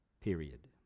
Period